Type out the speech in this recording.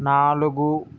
నాలుగు